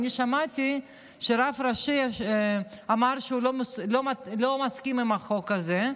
שמעתי שהרב הראשי אמר שהוא לא מסכים עם החוק הזה,